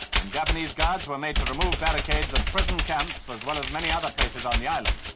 and japanese guards were made to remove barricades at prison camps, as well as many other places on the island.